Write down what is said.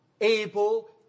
able